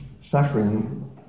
suffering